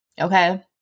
okay